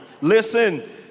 Listen